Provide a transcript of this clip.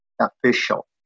official